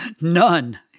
None